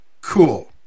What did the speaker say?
cool